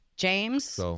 James